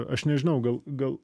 aš nežinau gal gal